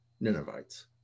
Ninevites